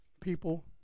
people